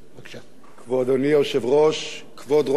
אדוני היושב-ראש, כבוד ראש הממשלה,